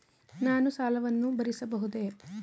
ನಾನು ಸಾಲವನ್ನು ಭರಿಸಬಹುದೇ?